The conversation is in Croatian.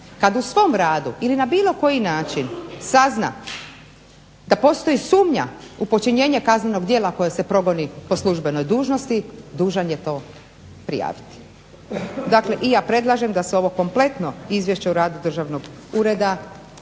kad u svom radu ili na bilo koji način sazna da postoji sumnja u počinjenje kaznenog djela koje se progoni po službenoj dužnosti dužan je to prijaviti. Dakle, i ja predlažem da se ovo kompletno Izvješće o radu Državnog ureda